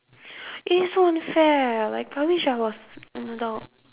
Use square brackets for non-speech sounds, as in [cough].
[breath] eh so unfair like I wish I was an adult